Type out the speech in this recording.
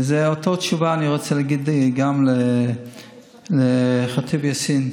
ואותה תשובה אני רוצה להגיד גם לח'טיב יאסין.